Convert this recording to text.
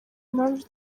impamvu